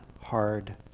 hard